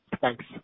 Thanks